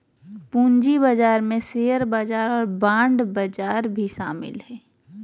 पूँजी बजार में शेयर बजार और बांड बजार भी शामिल हइ